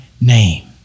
name